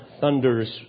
thunders